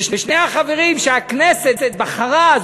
ושני חברים שהכנסת בחרה,